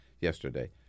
yesterday